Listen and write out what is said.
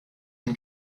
can